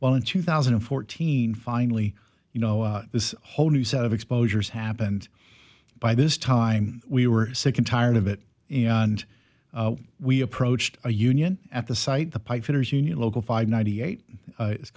well in two thousand and fourteen final you know this whole new set of exposures happened by this time we were sick and tired of it and we approached a union at the site the pipefitters union local five ninety eight